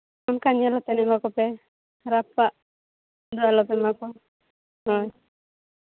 ᱚᱱᱠᱟ ᱧᱮᱞ ᱠᱟᱛᱮ ᱮᱢᱟ ᱠᱚᱯᱮ ᱠᱷᱟᱨᱟᱯᱟᱜ ᱫᱚ ᱟᱞᱚᱯᱮ ᱮᱢᱟ ᱠᱚᱣᱟ ᱦᱳᱭ